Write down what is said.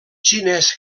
xinès